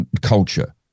culture